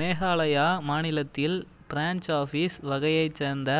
மேகாலயா மாநிலத்தில் branch office வகையைச் சேர்ந்த